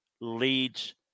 leads